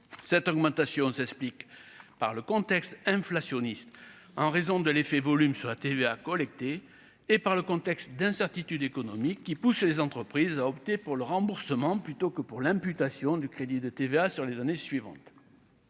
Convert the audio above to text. cette augmentation s'explique par le contexte inflationniste en raison de l'effet volume sur la TVA collectée et par le contexte d'incertitude économique qui pousse les entreprises à opter pour le remboursement, plutôt que pour l'imputation du crédit de TVA sur les années suivantes,